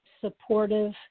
supportive